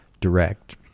direct